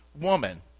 woman